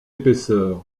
épaisseur